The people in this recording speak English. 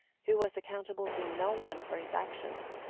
who was accountable to no one for his actions,